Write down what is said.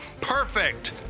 Perfect